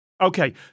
Okay